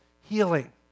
healing